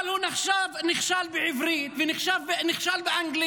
אבל הוא נכשל בעברית ובאנגלית,